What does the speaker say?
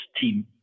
team